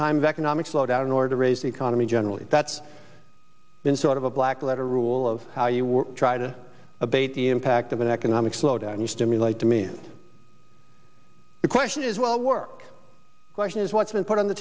time of economic slowdown in order to raise the economy generally that's been sort of a black letter rule of how you work try to abate the impact of an economic slowdown you stimulate demand the question is well work question is what's been put on the